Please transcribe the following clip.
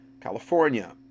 california